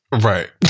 Right